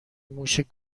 موش